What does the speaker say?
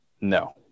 No